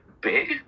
big